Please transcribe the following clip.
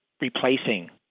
replacing